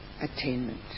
attainment